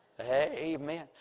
Amen